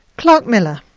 clark miller.